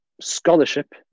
scholarship